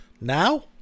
Now